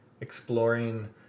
exploring